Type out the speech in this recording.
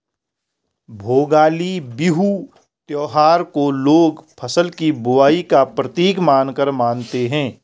भोगाली बिहू त्योहार को लोग फ़सल की बुबाई का प्रतीक मानकर मानते हैं